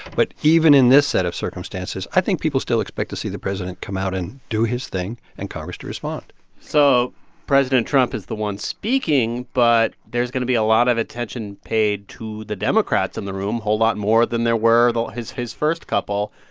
but even in this set of circumstances, i think people still expect to see the president come out and do his thing and congress to respond so president trump is the one speaking, but there's going to be a lot of attention paid to the democrats in the room whole lot more than there were his his first couple.